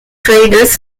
traders